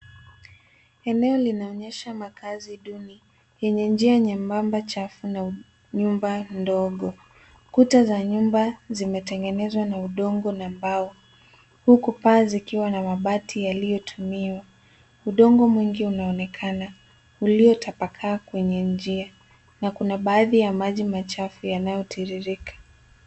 Eneo linaonyesha makazi duni yenye njia nyembamba chafu na nyumba ndogo. Kuta za nyumba zimetengenezwa na udongo na mbao huku paa zikiwa na mabati yaliyotumiwa. Udongo mwingi unaonekana, uliotapakaa kwenye njia na kuna baadhi ya maji machafu yanayotiririka.